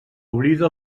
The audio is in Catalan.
oblida